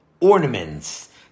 ornaments